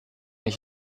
ich